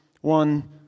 one